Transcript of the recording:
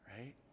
right